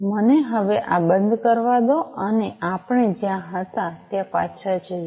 મને હવે આ બંધ કરવા દો અને આપણે જ્યાં હતા ત્યાં પાછા જઈએ